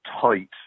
tight